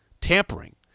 tampering